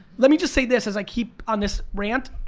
let me just say this as i keep on this rant.